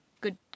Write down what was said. good